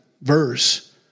verse